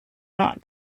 not